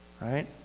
right